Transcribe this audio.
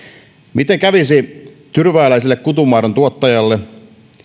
miten kävisi tyrvääläiselle kutunmaidon tuottajalle